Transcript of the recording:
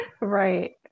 Right